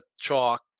chalk